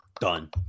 Done